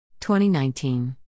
2019